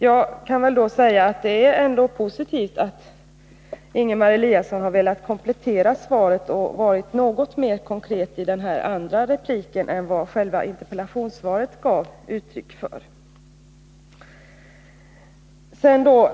Jag kan säga att det väl ändå är positivt att Ingemar Eliasson har velat komplettera svaret och vara något mer konkret i den här andra repliken än vad själva interpellationssvaret gav uttryck för.